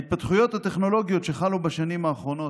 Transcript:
ההתפתחויות הטכנולוגיות שחלו בשנים האחרונות,